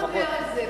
בוא נדבר על זה,